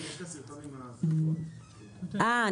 אה,